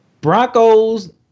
Broncos